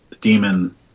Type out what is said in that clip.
demon